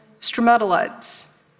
stromatolites